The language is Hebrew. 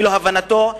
אפילו הבנתו,